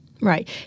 right